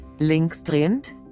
linksdrehend